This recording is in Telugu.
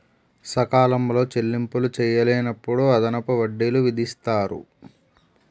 సకాలంలో చెల్లింపులు చేయలేనప్పుడు అదనపు వడ్డీలు విధిస్తారు